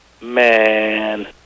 man